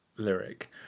Lyric